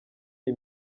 iyi